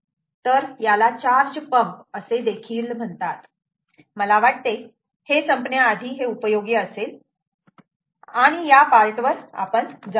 तर याला charge pump असे देखील म्हणतात मला वाटते हे संपण्याआधी उपयोगी असेल आणि या पार्ट वर जाऊ